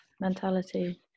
mentality